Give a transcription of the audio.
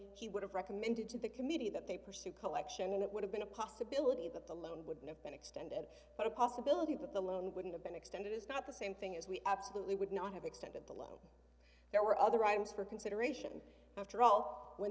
he would have recommended to the committee that they pursue collection and it would have been a possibility that the loan would have been extended for a possibility that the loan wouldn't have been extended is not the same thing as we absolutely would not have extended the low there were other items for consideration after all when